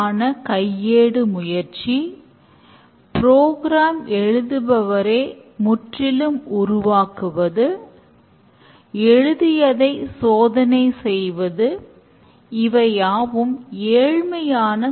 ஆனால் ஸ்பைரல் மாடலில் டெவலப்மென்ட் ஆரம்பித்த பிறகு உருவான ரிஸ்குகளும் கையாளப்படுகின்றன